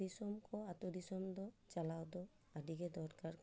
ᱫᱤᱥᱚᱢ ᱠᱚ ᱟᱛᱳ ᱫᱤᱥᱚᱢ ᱫᱚ ᱪᱟᱞᱟᱣ ᱫᱚ ᱟᱹᱰᱤᱜᱮ ᱫᱚᱨᱠᱟᱨ ᱠᱟᱱᱟ ᱟᱨ